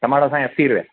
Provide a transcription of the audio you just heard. टमाटा साईं असी रुपिया